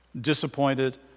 Disappointed